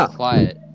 quiet